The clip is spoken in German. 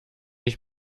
ich